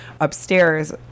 upstairs